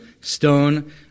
stone